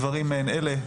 דברים מעין אלה,